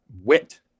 wit